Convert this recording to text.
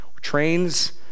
trains